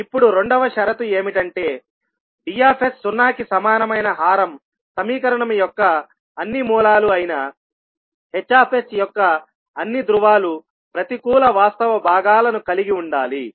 ఇప్పుడు రెండవ షరతు ఏమిటంటే D సున్నాకి సమానమైన హారం సమీకరణం యొక్క అన్ని మూలాలు అయిన H యొక్క అన్ని ధ్రువాలు ప్రతికూల వాస్తవ భాగాలను కలిగి ఉండాలి